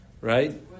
right